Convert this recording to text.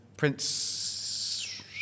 Prince